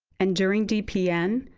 and during dpn,